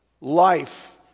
life